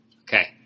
Okay